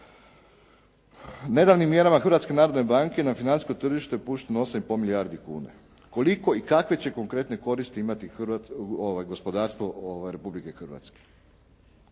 narodne banke na financijsko tržište je pušteno 8,5 milijardi kuna. Koliko i kakve će konkretne koristi imati gospodarstvo Republike Hrvatske?